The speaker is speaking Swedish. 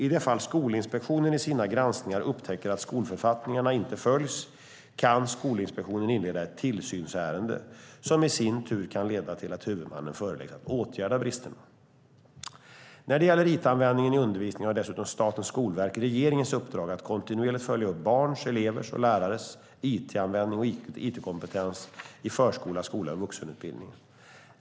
I det fall Skolinspektionen i sina granskningar upptäcker att skolförfattningarna inte följs kan Skolinspektionen inleda ett tillsynsärende som i sin tur kan leda till att huvudmannen föreläggs att åtgärda bristerna. När det gäller it-användningen i undervisningen har dessutom Statens skolverk regeringens uppdrag att kontinuerligt följa upp barns, elevers och lärares it-användning och it-kompetens i förskola, skola och vuxenutbildning.